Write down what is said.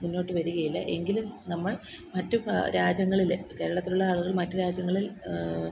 മുന്നോട്ട് വരികയില്ല എങ്കിലും നമ്മൾ മറ്റു രാജ്യങ്ങളില് കേരളത്തിലുള്ള ആളുകൾ മറ്റ് രാജ്യങ്ങളിൽ